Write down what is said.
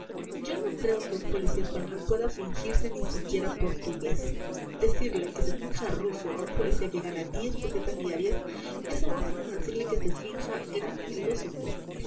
yo no creo que un policía español pueda fingirse ni siquiera portugués decirle que se finja ruso a un policía que gana diez pesetas diarias es algo así como decirle que se finja gran filósofo